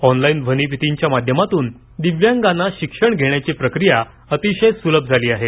online ध्वनीफितींच्या माध्यमातून दिव्यांगाना शिक्षण घेण्याची प्रक्रिया अतिशय सुलभ झाली आहे